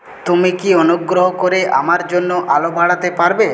তুমি কি অনুগ্রহ করে আমার জন্য আলো বাড়াতে পারবে